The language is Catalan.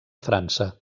frança